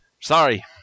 Sorry